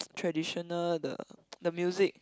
traditional the the music